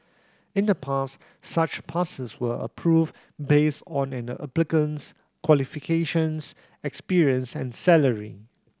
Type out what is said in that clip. in the past such passes were approved based on an applicant's qualifications experience and salary